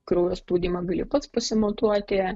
kraujo spaudimą gali pats pasimatuoti